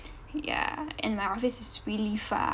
ya and my office is really far